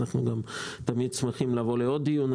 אנחנו גם תמיד שמחים לבוא לעוד דיון.